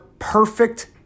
perfect